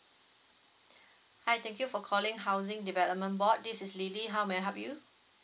hi thank you for calling housing development board this is lily how may I help you